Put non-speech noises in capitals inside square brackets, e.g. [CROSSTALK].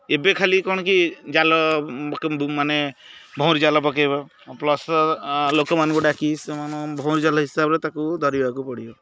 ଏବେ ଖାଲି କ'ଣ କି ଜାଲ [UNINTELLIGIBLE] ମାନେ ଭଉଁରୀ ଜାଲ ପକେଇବା ପ୍ଲସ୍ ଲୋକମାନଙ୍କୁ ଡାକି ସେମାନ ଭଉଁରୀ ଜାଲ ହିସାବରେ ତାକୁ ଧରିବାକୁ ପଡ଼ିବ